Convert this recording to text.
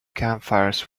campfires